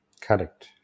Correct